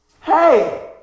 hey